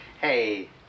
Hey